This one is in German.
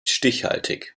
stichhaltig